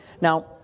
Now